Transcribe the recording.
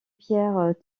pierres